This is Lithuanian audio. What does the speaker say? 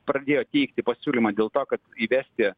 pradėjo teikti pasiūlymą dėl to kad įvesti